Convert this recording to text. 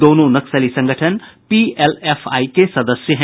दोनों नक्सली संगठन पीएलएफ आई के सदस्य हैं